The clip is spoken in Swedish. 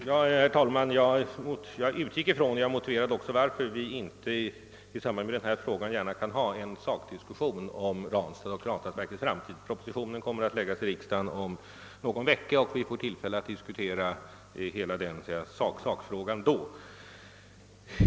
Herr talman! Jag motiverade i mitt svar varför vi inte gärna kan ha någon sakdiskussion om Ranstad och Ranstadsverkets framtid nu. En proposition i frågan kommer att föreläggas riksdagen om någon vecka, och då får vi tillfälle att diskutera hela sakfrågan.